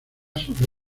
sus